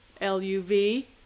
L-U-V